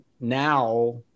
now